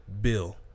Bill